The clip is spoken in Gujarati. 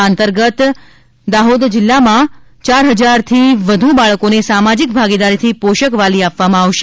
આ અભિયાન અંતર્ગત દાહોદ જિલ્લામાં યાર હજારથી વધુ બાળકોને સામાજિક ભાગીદારીથી પોષક વાલી આપવામાં આવશે